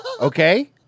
Okay